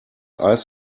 eis